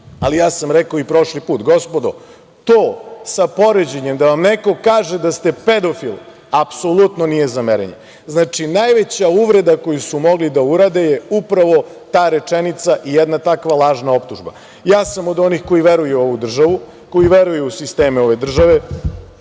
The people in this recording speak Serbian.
ali ja sam rekao i prošli put, gospodo, to sa poređenjem da vam neko kaže da ste pedofil, apsolutno nije za merenje. Znači, najveća uvreda koju su mogli da urade je upravo ta rečenica i jedna takva lažna optužba. Ja sam od onih koji veruju u ovu državu, od onih koji veruju u sisteme ove države,